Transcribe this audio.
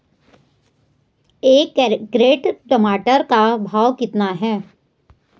एक कैरेट टमाटर का भाव कितना है?